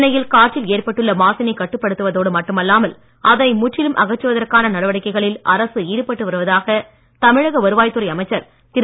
சென்னையில் காற்றில் ஏற்பட்டுள்ள மாசினைக் கட்டுப்படுத்துவதோடு மட்டும் அல்லாமல் அதனை முற்றிலும் அகற்றுவதற்கான நடவடிக்கைகளில் அரசு ஈடுபட்டு வருவதாக தமிழக வருவாய்த் துறை அமைச்சர் திரு